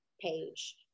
page